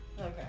Okay